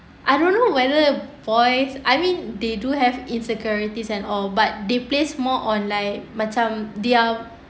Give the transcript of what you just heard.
I don't know whether boys I mean they do have insecurities and all but they place more on like macam their